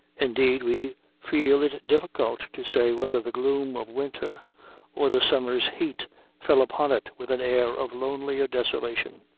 indeed, we feel it difficult to say whether the gloom of winter or the summer's heat fell upon it with an air of lonelier desolation.